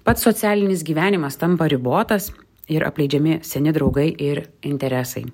pats socialinis gyvenimas tampa ribotas ir apleidžiami seni draugai ir interesai